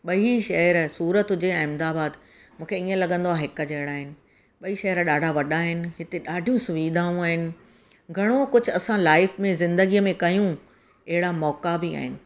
ॿई शहिर सूरत हुजे अहमदाबाद मूंखे ईअं लॻंदो आहे हिक जहिड़ा आहिनि ॿई शहिर ॾाढा वॾा आहिनि हिते ॾाढियूं सुविधाऊं आहिनि घणो कुझु असां लाइफ़ में ज़िंदगीअ में कयूं अहिड़ा मौक़ा बि आहिनि